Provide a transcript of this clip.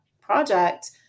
Project